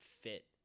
fit